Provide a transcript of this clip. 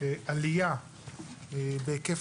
עלייה בהיקף